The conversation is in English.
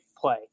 play